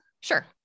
Sure